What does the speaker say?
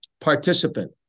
participant